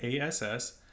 ASS